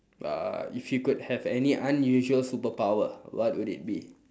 uh if you could have any unusual superpower what would it be